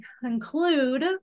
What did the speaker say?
conclude